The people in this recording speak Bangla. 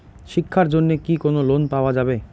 শিক্ষার জন্যে কি কোনো লোন পাওয়া যাবে?